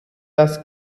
das